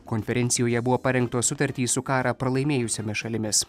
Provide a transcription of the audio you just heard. konferencijoje buvo parengtos sutartys su karą pralaimėjusiomis šalimis